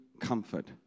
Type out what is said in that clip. comfort